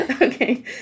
Okay